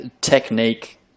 technique